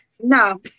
no